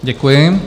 Děkuji.